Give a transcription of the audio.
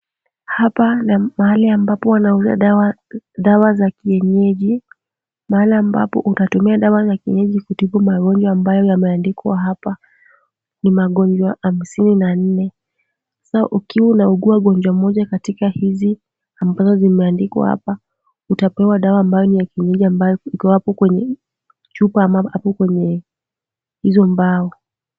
Hapa ni mahali ambapo wanauza dawa za kienyenji, mahali ambapo utatumia dawa za kienyeji kutibu magonjwa ambayo yameandikwa hapa, ni magonjwa hamsini na nne, sasa ukiwa unaugua ugonjwa moja katika hizi ambazo zimeandikwa hapa, utapewa dawa ambayo ni ya kienyeji, ambayo iko hapo kwenye chupa au hapo kwenye hizo mbao.